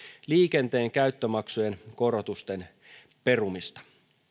liikenteen käyttömaksujen korotusten perumista